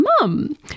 mum